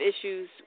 issues